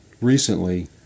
recently